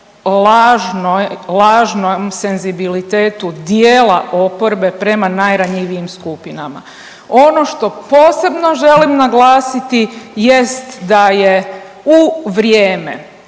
lažnom senzibilitetu dijela oporbe prema najranjivijim skupinama. Ono što posebno želim naglasiti jest da je u vrijeme